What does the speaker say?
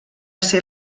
ser